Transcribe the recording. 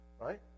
right